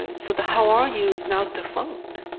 and so the how are you is now defunct.